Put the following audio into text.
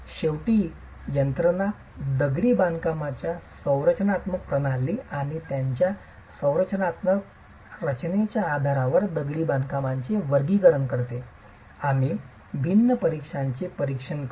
शेवटी यंत्रणा दगडी बांधकामाच्या संरचनात्मक प्रणाली आणि त्यांच्या संरचनात्मक संरचनेच्या आधारावर दगडी बांधकामांचे वर्गीकरण पाहणे आम्ही भिन्न प्रकारांचे परीक्षण करू